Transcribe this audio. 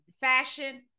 fashion